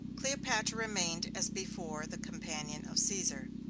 cleopatra remained, as before, the companion of caesar.